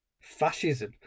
fascism